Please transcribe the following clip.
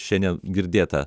šiandien girdėtą